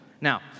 Now